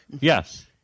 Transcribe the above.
Yes